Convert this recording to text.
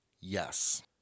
yes